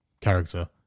character